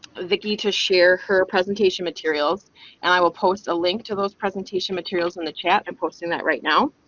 vicki to share her presentation materials and i will post a link to those presentation materials in the chat, and posting that right now,